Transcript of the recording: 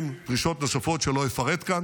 דרישות נוספות שלא אפרט כאן.